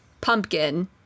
pumpkin